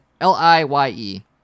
L-I-Y-E